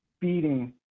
feeding